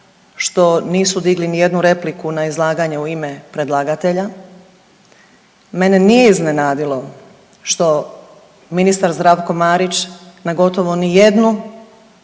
što nisu digli ni jednu repliku na izlaganje u ime predlagatelja. Mene nije iznenadilo što ministar Zdravko Marić na gotovo ni jednu